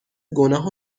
گناه